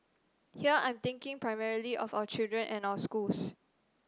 here I'm thinking primarily of our children and our schools